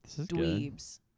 dweebs